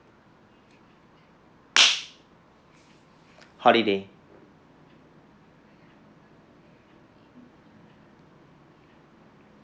holiday